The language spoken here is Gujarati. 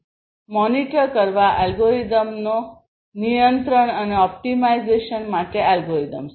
મોનિટર કરવા અલ્ગોરિધમનો નિયંત્રણ અને ઓપ્ટિમાઇઝેશન માટે અલ્ગોરિધમ્સ